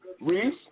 Reese